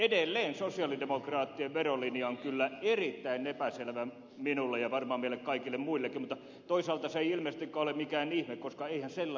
edelleen sosialidemokraattien verolinja on kyllä erittäin epäselvä minulle ja varmaan meille kaikille muillekin mutta toisaalta se ei ilmeisestikään ole mikään ihme koska eihän sellaista ole